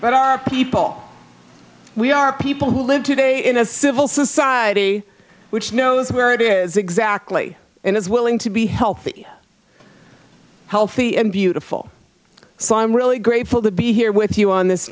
but our people we are people who live today in a civil society which knows where it is exactly and is willing to be healthy healthy and beautiful song i'm really grateful to be here with you on this